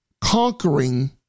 conquering